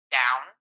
down